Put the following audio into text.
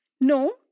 No